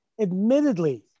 admittedly